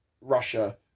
Russia